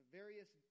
various